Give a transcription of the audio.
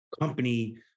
company